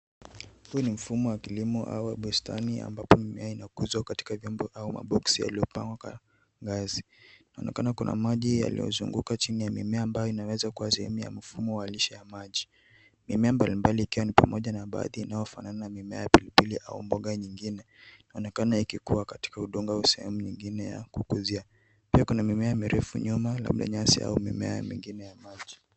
Huu ni mfumo wa kilimo au bustani ambapo mimea inakuzwa katika vyombo au maboksi yaliyopangwa ka ngazi. Inaonekana kuna maji yaliyozunguka chini ya mimea ambayo inawezakuwa sehemu ya mfumo wa lishe ya maji. Mimea mbalimbali ikiwa ni pamoja na baadhi inayofanana na mimea ya pilipili au mboga nyingine inaonekana ikikua katika udongo au sehemu nyingine ya kukuzia. Pia kuna mimea mirefu nyuma labda nyasi au mimea mingine ya maji.